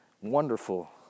wonderful